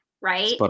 right